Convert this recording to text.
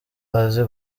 azi